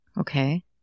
Okay